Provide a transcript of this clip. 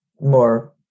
more